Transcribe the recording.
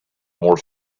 more